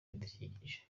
ibidukikije